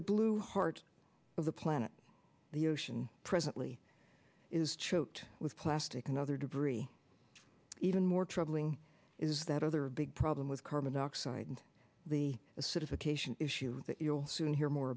the blue heart of the planet the ocean presently is choked with plastic and other debris even more troubling is that other big problem with carbon dioxide and the acidification issue that you will soon hear more